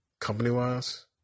company-wise